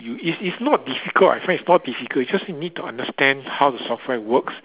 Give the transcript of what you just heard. you it's it's not difficult I find it's not difficult you just need to understand how the software works